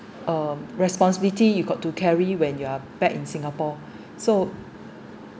um responsibility you got to carry when you are back in singapore so